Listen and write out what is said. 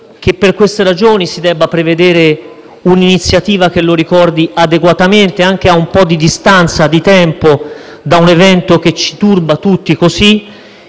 che per queste ragioni si debba prevedere un'iniziativa che lo ricordi adeguatamente, anche a distanza di tempo da un evento che ci turba tutti in